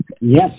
Yes